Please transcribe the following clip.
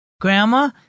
Grandma